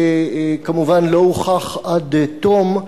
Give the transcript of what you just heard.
שכמובן לא הוכח עד תום,